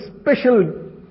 special